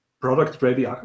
product-ready